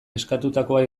eskatutakoa